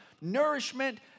nourishment